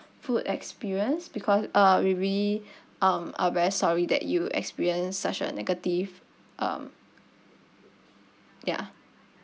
food experience because uh we we um are very sorry that you experience such a negative um ya